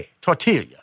Tortilla